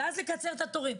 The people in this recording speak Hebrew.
ואז לקצר את התורים,